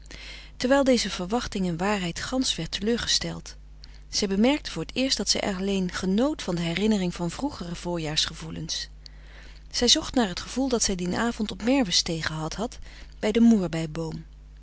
terwijl deze verwachting in waarheid gansch werd teleurgesteld zij bemerkte voor t eerst dat zij alleen genoot van de herinnering van vroegere voorjaarsgevoelens zij zocht naar het gevoel dat zij dien avond op merwestee gehad had bij den moerbei boom